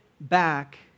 back